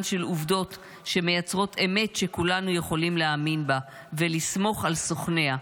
של עובדות שמייצרות אמת שכולנו יכולים להאמין בה ולסמוך על סוכניה.